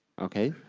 okay.